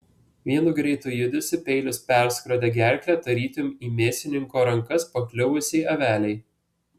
vienu greitu judesiu peilis perskrodė gerklę tarytum į mėsininko rankas pakliuvusiai avelei